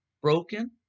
broken